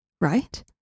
right